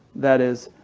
that is,